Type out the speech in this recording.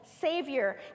Savior